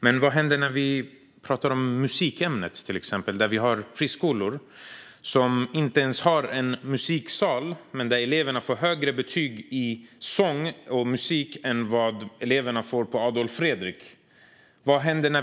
Men vad händer till exempel med ämnet musik? Det finns friskolor som inte ens har någon musiksal. Ändå får eleverna högre betyg i sång och musik än vad elever i Adolf Fredriks musikklasser får.